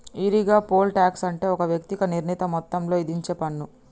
ఈరిగా, poll tax అంటే ఒక వ్యక్తికి నిర్ణీత మొత్తంలో ఇధించేపన్ను